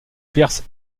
perse